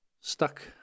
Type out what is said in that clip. stuck